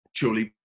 Surely